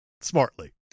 smartly